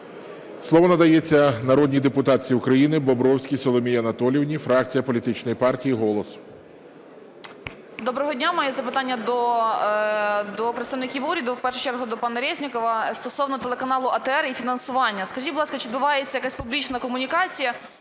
Слово надається народній депутатці України Бобровській Соломії Анатоліївні, фракція політичної партії "Голос". 11:07:15 БОБРОВСЬКА С.А. Доброго дня. Маю запитання до представників уряду, в першу чергу до пана Резнікова, стосовно телеканалу ATR і фінансування. Скажіть, будь ласка, чи відбувається якась публічна комунікація?